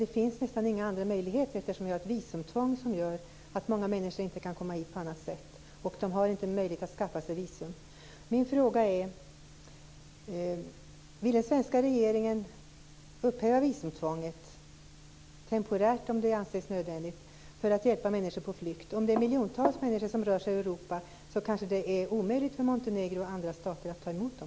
Det finns nästan inga andra möjligheter därför att vi har visumtvång som att gör att många människor inte kan komma hit på annat sätt. De har inte möjligheter att skaffa sig visum. Min fråga är: Vill den svenska regeringen upphäva visumtvånget temporärt om det anses nödvändigt för att hjälpa människor på flykt? Om det är miljontals människor som rör sig i Europa kanske det är omöjligt för Montenegro och andra stater att ta emot dem?